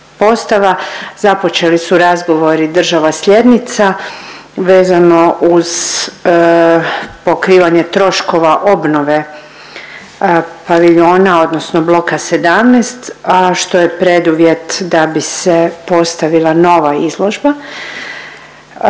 započeli su razgovori država sljednica vezano uz pokrivanje troškova obnove paviljona odnosno bloka 17, a što je preduvjet da bi se postavila nova izložba.